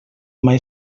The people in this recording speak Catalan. mai